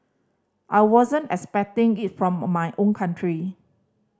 I wasn't expecting it from my own country